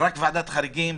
רק בשביל הכותרת,